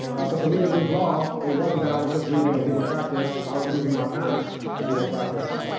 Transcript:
so for me to leave law, it wasn't that i was just leaving a legal practice, i was leaving my parents legal practice.